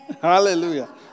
Hallelujah